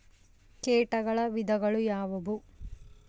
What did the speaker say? ಕೇಟಗಳ ವಿಧಗಳು ಯಾವುವು?